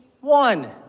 one